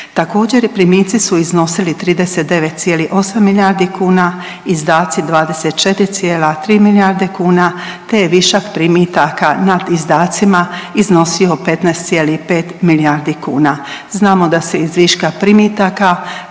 Također primici su iznosili 39,8 milijardi kuna. Izdaci 24,3 milijarde kuna te je višak primitaka nad izdacima iznosio 15,5 milijardi kuna. Znamo da se iz viška primitaka